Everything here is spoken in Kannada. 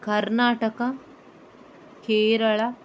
ಕರ್ನಾಟಕ ಕೇರಳ